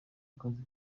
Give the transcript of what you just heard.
kazi